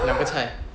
两个菜